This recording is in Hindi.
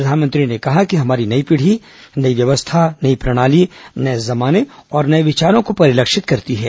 प्रधानमंत्री ने कहा कि हमारी नई पीढ़ी नई व्यवस्था नई प्रणाली नए जमाने और नए विचारों को परिलक्षित करती है